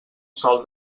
sòl